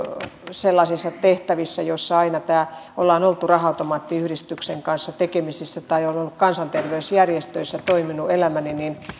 sellaisissa tehtävissä joissa aina ollaan oltu raha automaattiyhdistyksen kanssa tekemisissä olen kansanterveysjärjestöissä toiminut elämäni niin